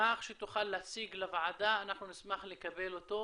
מסמך שתוכל להציג לוועדה, נשמח לקבל אותו.